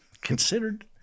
considered